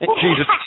Jesus